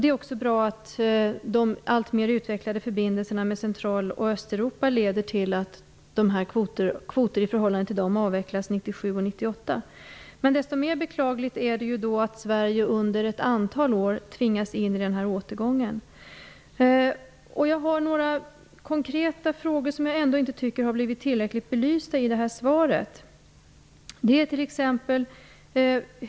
Det är också bra att de alltmer utvecklade förbindelserna med Central och Östeuropa leder till att kvoter i förhållande till dem avvecklas 1997 och 1998. Men desto mer beklagligt är det att Sverige under ett antal år tvingas in i den här återgången. Jag har några konkreta frågor som jag inte tycker har blivit tillräckligt belysta i det här svaret.